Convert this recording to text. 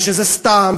ושזה סתם,